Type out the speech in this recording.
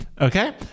Okay